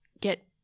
get